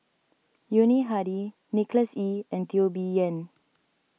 Yuni Hadi Nicholas Ee and Teo Bee Yen